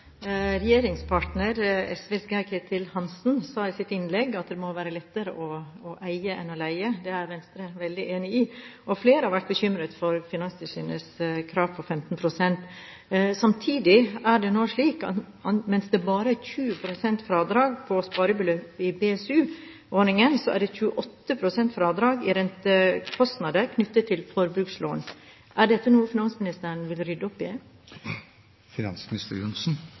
Regjeringspartner, SVs Geir-Ketil Hansen, sa i sitt innlegg at det må være lettere å eie enn å leie. Det er Venstre veldig enig i. Flere har vært bekymret for Finanstilsynets krav på 15 pst. Samtidig er det nå slik at mens det bare er 20 pst. fradrag på sparebeløp i BSU-ordningen, er det 28 pst. fradrag i rentekostnader knyttet til forbrukslån. Er dette noe finansministeren vil rydde opp i?